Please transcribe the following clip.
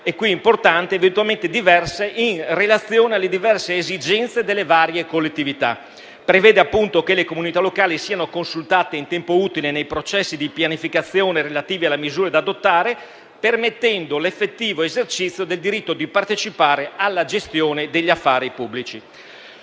è importante - in relazione alle diverse esigenze delle varie collettività. Prevede appunto che le comunità locali siano consultate in tempo utile nei processi di pianificazione relativi alle misure da adottare, permettendo l'effettivo esercizio del diritto di partecipare alla gestione degli affari pubblici.